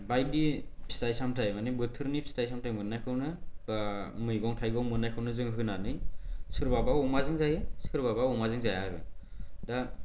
बायदि फिथाइ सामथाय माने बोथोरनि फिथाय सामथाय मोनाय खौनो बा मैगं थाइगं मोननायखौनो जों होनानै सोरबाबा अमाजों जायो सोरबाबा अमाजों जाया आरो दा